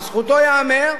לזכותו ייאמר,